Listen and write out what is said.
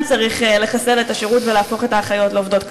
צריך לחסל את השירות ולהפוך את האחיות לעובדות קבלן,